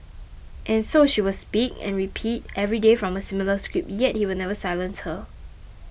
and so she will speak and repeat every day from a similar script yet he will never silence her